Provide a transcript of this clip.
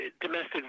domestic